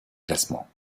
classements